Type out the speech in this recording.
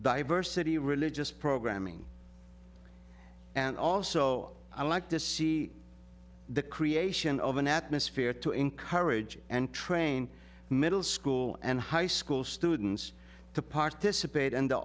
diversity religious programming and also i like to see the creation of an atmosphere to encourage and train middle school and high school students to participate in the